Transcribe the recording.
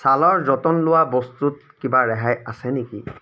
ছালৰ যতন লোৱা বস্তুত কিবা ৰেহাই আছে নেকি